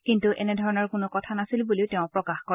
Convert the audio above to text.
কিন্তু এনেধৰণৰ কোনো কথা নাছিল বুলিও তেওঁ প্ৰকাশ কৰে